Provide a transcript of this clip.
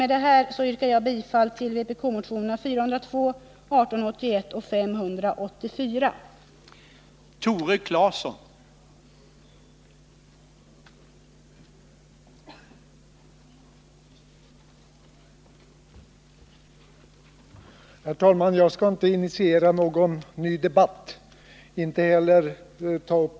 Med detta yrkar jag bifall till motionerna 402, 1881 och 16 april 1980